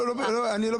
לא, לא, לא.